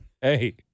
Hey